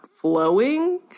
flowing